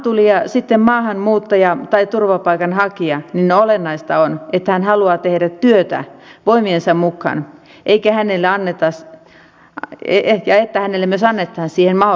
olipa maahantulija sitten maahanmuuttaja tai turvapaikanhakija niin olennaista on että hän haluaa tehdä työtä voimiensa mukaan ja että hänelle myös annetaan siihen mahdollisuus